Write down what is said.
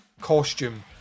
costume